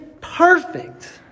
perfect